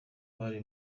bari